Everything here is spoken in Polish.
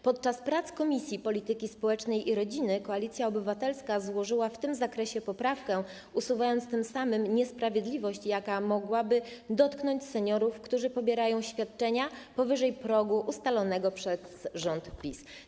Podczas prac Komisji Polityki Społecznej i Rodziny Koalicja Obywatelska złożyła w tym zakresie poprawkę, usuwając tym samym niesprawiedliwość, jaka mogłaby dotknąć seniorów, którzy pobierają świadczenia powyżej progu ustalonego przez rząd PiS.